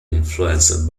influenced